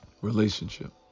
relationship